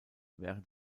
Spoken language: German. während